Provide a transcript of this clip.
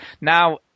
Now